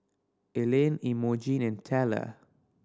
Ilene Emogene and Tella